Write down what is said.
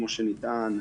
כמו שנטען,